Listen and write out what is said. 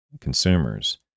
consumers